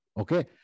Okay